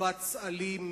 מקבץ אלים,